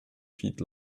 feet